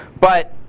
but